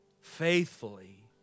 faithfully